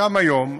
גם היום,